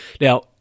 Now